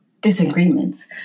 disagreements